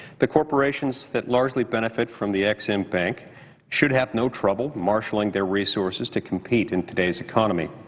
the corporations that largely benefit from the ex-im bank should have no trouble marshaling their resources to compete in today's economy.